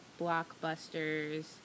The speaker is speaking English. blockbusters